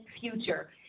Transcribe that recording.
future